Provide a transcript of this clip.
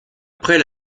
après